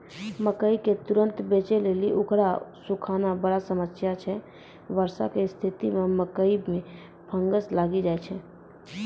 मकई के तुरन्त बेचे लेली उकरा सुखाना बड़ा समस्या छैय वर्षा के स्तिथि मे मकई मे फंगस लागि जाय छैय?